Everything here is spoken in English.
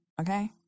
Okay